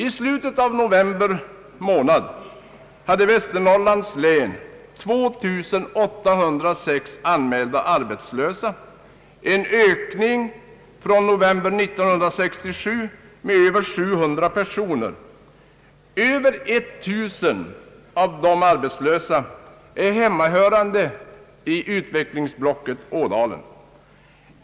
I slutet av november månad hade Västernorrlands län 2 806 anmälda arbetslösa, en ökning från november 1967 med över 700 personer. Över 1000 av de arbetslösa är hemmahörande i utvecklingsblocket Ådalen.